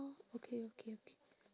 okay okay okay